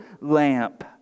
lamp